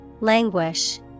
Languish